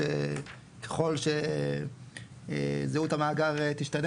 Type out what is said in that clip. שככל שזהות המאגר תשתנה